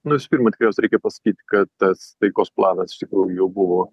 nu visų pirma tikriausiai reikia pasakyti kad tas taikos planas iš tikrųjų jau buvo